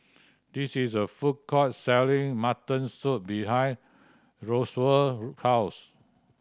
this is a food court selling mutton soup behind Roosevelt house